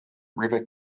river